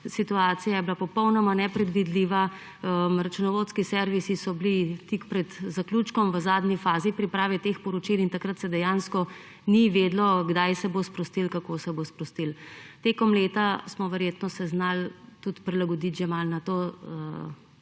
situacija je bila popolnoma nepredvidljiva, računovodski servisi so bili tik pred zaključkom v zadnji fazi priprave teh poročil in takrat se dejansko ni vedelo, kdaj se bo sprostilo in kako se bo sprostilo. Tekom leta smo se verjetno znali tudi že malo prilagoditi na to